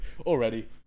already